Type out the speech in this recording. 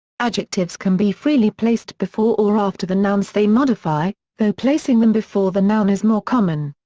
adjectives can be freely placed before or after the nouns they modify, though placing them before the noun is more common.